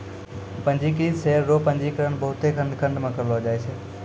पंजीकृत शेयर रो पंजीकरण बहुते खंड खंड मे करलो जाय छै